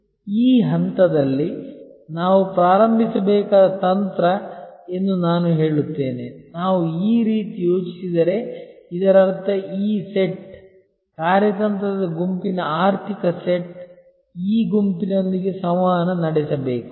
ಈ ಹಂತದಲ್ಲಿ ನಾವು ಪ್ರಾರಂಭಿಸಬೇಕಾದ ತಂತ್ರ ಎಂದು ನಾನು ಹೇಳುತ್ತೇನೆ ನಾವು ಈ ರೀತಿ ಯೋಚಿಸಿದರೆ ಇದರರ್ಥ ಈ ಸೆಟ್ ಕಾರ್ಯತಂತ್ರದ ಗುಂಪಿನ ಆರ್ಥಿಕ ಸೆಟ್ ಈ ಗುಂಪಿನೊಂದಿಗೆ ಸಂವಹನ ನಡೆಸಬೇಕು